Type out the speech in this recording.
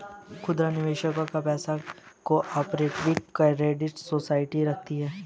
खुदरा निवेशकों का पैसा को ऑपरेटिव क्रेडिट सोसाइटी रखती है